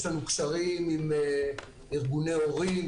יש לנו קשרים עם ארגוני הורים,